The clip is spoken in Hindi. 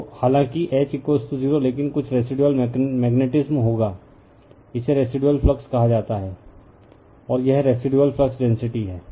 तो हालांकि H 0 लेकिन कुछ रेसिदुअल मेग्नेटीसम होगा इसे रेसिदुअल फ्लक्स कहा जाता है और यह रेसिदुअल फ्लक्स डेंसिटी है